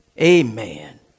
amen